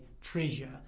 treasure